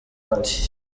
ati